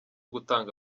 gutanga